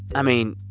i mean,